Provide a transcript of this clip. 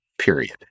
period